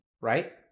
Right